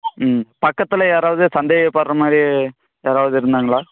ம் பக்கத்தில் யாராவது சந்தேகப்படுற மாதிரி யாராவது இருந்தாங்களா